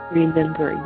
remember